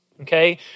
okay